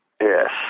Yes